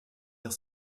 vers